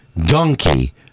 Donkey